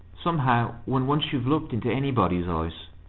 somehow, when once you've looked into anybody's eyes,